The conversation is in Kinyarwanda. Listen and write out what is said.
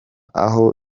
aho